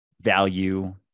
value